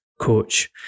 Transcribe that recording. coach